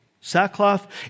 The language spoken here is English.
Sackcloth